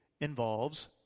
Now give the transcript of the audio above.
involves